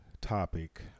topic